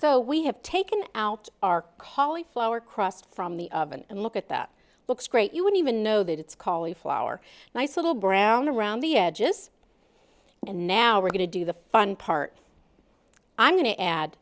so we have taken out our holly flower crossed from the oven and look at that looks great you would even know that it's called a flower nice little brown around the edges and now we're going to do the fun part i'm going to add